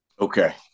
Okay